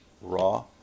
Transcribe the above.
Raw